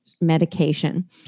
medication